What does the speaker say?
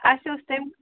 اَسہِ اوس تَمہِ